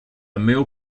meal